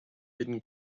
hidden